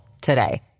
today